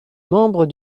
membre